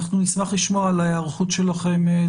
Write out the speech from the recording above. אנחנו נמצאים שם וגם אוכפים.